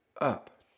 up